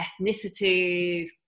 ethnicities